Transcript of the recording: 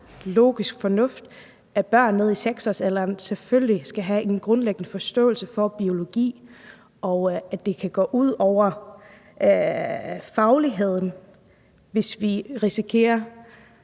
logisk fornuft – at børn i 6-årsalderen selvfølgelig skal have en grundlæggende forståelse for biologi, og at det kan gå ud over fagligheden, hvis vi risikerer